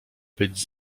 być